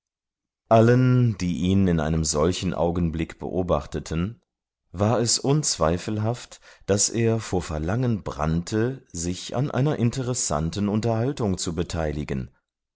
allen die ihn in einem solchen augenblick beobachteten war es unzweifelhaft daß er vor verlangen brannte sich an einer interessanten unterhaltung zu beteiligen